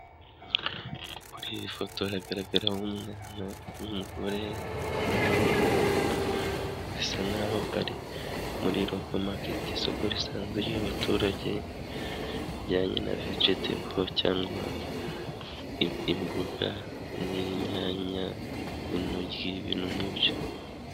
Kuri iyi foto hagaragaramo umwana, umugore n'umugabo bisa nkaho ari muri rokomaketi, isoko risanzwe ry'abaturage rijyanye na vejetebo cyangwa imboga n'inyanya n'intoryi ibintu nk'ibyo.